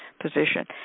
position